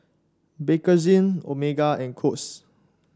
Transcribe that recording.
Bakerzin Omega and Kose